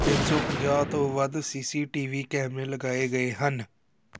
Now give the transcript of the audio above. ਤਿੰਨ ਸੌ ਪੰਜਾਹ ਤੋਂ ਵੱਧ ਸੀ ਸੀ ਟੀ ਵੀ ਕੈਮਰੇ ਲਗਾਏ ਗਏ ਹਨ